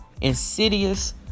insidious